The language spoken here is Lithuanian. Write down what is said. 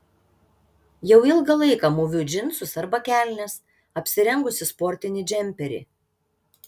jau ilgą laiką mūviu džinsus arba kelnes apsirengusi sportinį džemperį